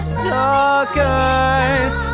suckers